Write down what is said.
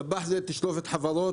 דבאח זה תשלובת חברות,